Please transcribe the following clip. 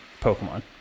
Pokemon